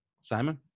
Simon